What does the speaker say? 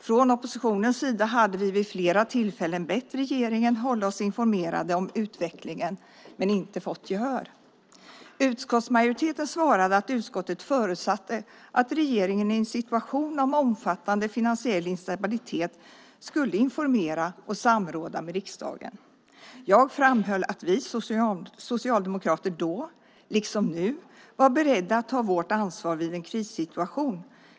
Från oppositionens sida hade vi vid flera tillfällen bett regeringen hålla oss informerade om utvecklingen men inte fått gehör. Utskottsmajoriteten svarade att utskottet förutsatte att regeringen i en situation av omfattande finansiell instabilitet skulle informera och samråda med riksdagen. Jag framhöll att vi socialdemokrater då - liksom nu - var beredda att ta vårt ansvar vid en krissituation.